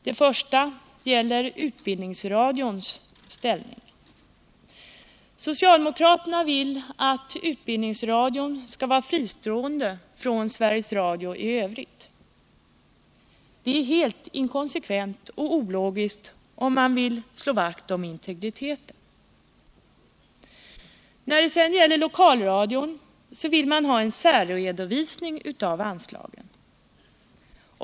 Den första gäller utbildningsradions ställning. Socialdemokraterna vill att utbildningsradion skall vara fristående från Sveriges Radio i övrigt. Det är helt inkonsekvent och ologiskt, om man vill slå vakt om integriteten. När det sedan gäller lokalradion vill socialdemokraterna ha en särredovisning av anslagen.